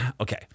okay